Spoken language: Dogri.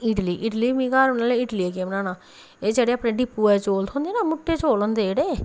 इडली इडली बी में घर बनाई लैन्नी इडली दा केह् बनाना एह् जेह्ड़े अपना डिप्पो दा चौल थ्होंदे ना मुट्टे चौल होंदे जेह्ड़े